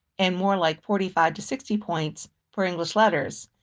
and more like forty five to sixty points for english letters.